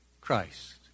Christ